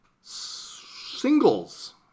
Singles